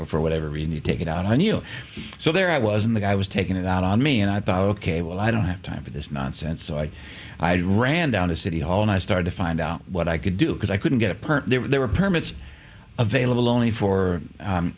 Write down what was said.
angry for whatever reason you take it out on you so there i was in that i was taking it out on me and i thought ok well i don't have time for this nonsense so i ran down to city hall and i started to find out what i could do because i couldn't get a permit there were permits available only for